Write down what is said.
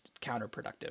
counterproductive